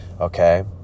okay